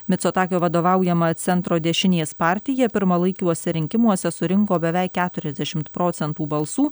micotakio vadovaujama centro dešinės partija pirmalaikiuose rinkimuose surinko beveik keturiasdešimt procentų balsų